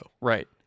Right